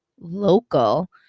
local